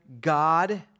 God